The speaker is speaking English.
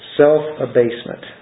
self-abasement